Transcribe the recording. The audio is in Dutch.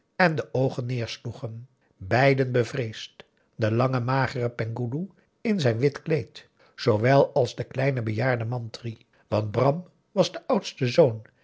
en de oogen neersloegen beiden bevreesd de lange magere penghoeloe in zijn wit kleed zoowel als de kleine bejaarde mantri want bram was de oudste zoon